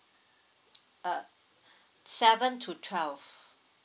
uh seven to twelve